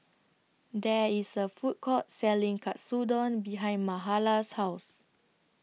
There IS A Food Court Selling Katsudon behind Mahala's House